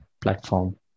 platform